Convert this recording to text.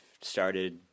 started